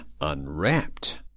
unwrapped